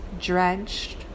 drenched